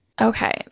Okay